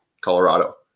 Colorado